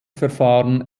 verfahren